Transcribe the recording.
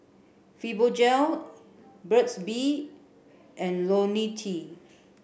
Fibogel Burt's bee and Lonil T